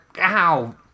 OW